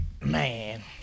Man